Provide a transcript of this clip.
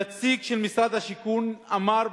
נציג של משרד השיכון אמר,